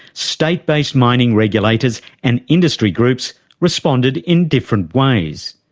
state-based mining regulators and industry groups responded in different ways.